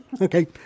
okay